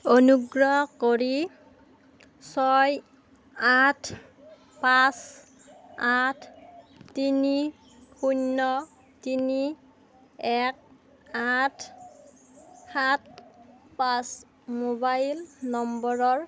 অনুগ্ৰহ কৰি ছয় আঠ পাঁচ আঠ তিনি শূন্য তিনি এক আঠ সাত পাঁচ মোবাইল নম্বৰৰ